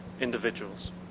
individuals